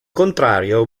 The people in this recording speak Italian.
contrario